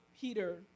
peter